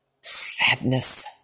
sadness